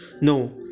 no